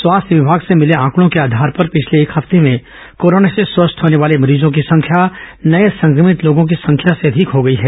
स्वास्थ्य विमाग से भिले आंकड़ों को आधार पर पिछले एक हफ्ते में कोरोना से स्वस्थ होने वाले मरीजों की संख्या नये संक्रमित लोगों की संख्या से अधिक हो गई है